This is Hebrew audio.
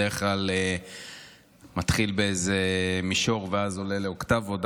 בדרך כלל מתחיל באיזה מישור ואז עולה באוקטבות,